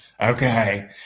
Okay